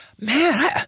man